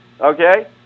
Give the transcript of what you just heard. Okay